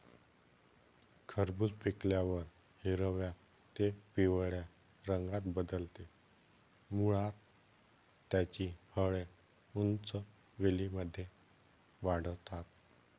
खरबूज पिकल्यावर हिरव्या ते पिवळ्या रंगात बदलते, मुळात त्याची फळे उंच वेलींमध्ये वाढतात